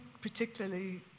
particularly